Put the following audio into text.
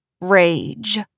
Rage